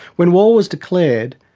when war was declared,